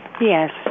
Yes